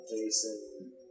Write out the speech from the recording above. Jason